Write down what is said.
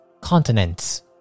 continents